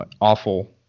awful